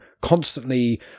constantly